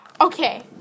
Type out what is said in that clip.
Okay